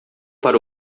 para